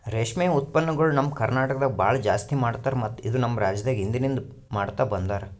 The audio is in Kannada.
ರೇಷ್ಮೆ ಉತ್ಪನ್ನಗೊಳ್ ನಮ್ ಕರ್ನಟಕದಾಗ್ ಭಾಳ ಜಾಸ್ತಿ ಮಾಡ್ತಾರ ಮತ್ತ ಇದು ನಮ್ ರಾಜ್ಯದಾಗ್ ಹಿಂದಿನಿಂದ ಮಾಡ್ತಾ ಬಂದಾರ್